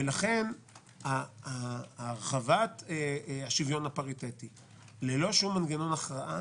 לכן הרחבת השוויון הפריטטי ללא כל מנגנון הכרעה,